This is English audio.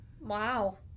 Wow